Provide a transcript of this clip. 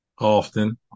Often